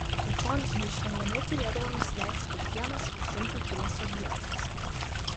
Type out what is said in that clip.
apačion neišvengiamai turėdavo nusileisti kiekvienas viršun pakilęs objektas